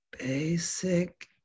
basic